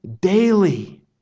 daily